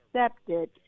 accepted